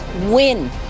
win